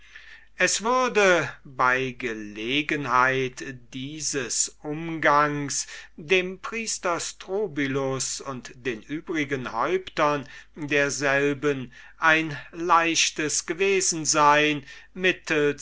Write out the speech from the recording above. es würde bei gelegenheit dieses umgangs dem priester strobylus und den übrigen häuptern derselben ein leichtes gewesen sein